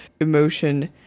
emotion